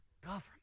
government